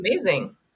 Amazing